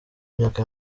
myaka